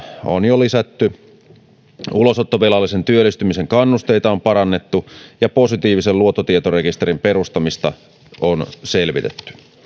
on jo lisätty ulosottovelallisen työllistymisen kannusteita on parannettu ja positiivisen luottotietorekisterin perustamista on selvitetty